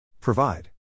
Provide